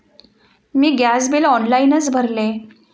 मी gas bill ऑनलाइनच भरले